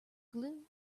glue